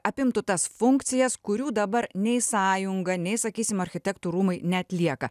apimtų tas funkcijas kurių dabar nei sąjunga nei sakysim architektų rūmai neatlieka